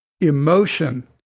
emotion